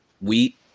wheat